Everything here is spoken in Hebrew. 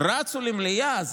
רצו למליאה.